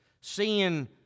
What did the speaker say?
seeing